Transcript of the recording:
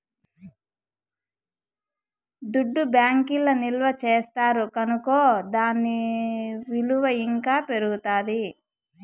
దుడ్డు బ్యాంకీల్ల నిల్వ చేస్తారు కనుకో దాని ఇలువ ఇంకా పెరుగుతాది